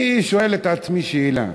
אני שואל את עצמי שאלה: